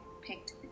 picked